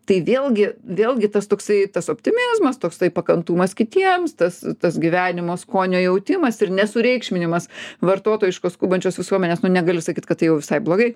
tai vėlgi vėlgi tas toksai tas optimizmas toksai pakantumas kitiems tas tas gyvenimo skonio jautimas ir nesureikšminimas vartotojiškos skubančios visuomenės nu negaliu sakyt kad tai jau visai blogai